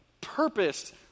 purpose